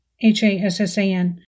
H-A-S-S-A-N